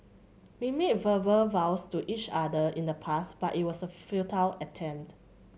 we made verbal vows to each other in the past but it was a futile attempt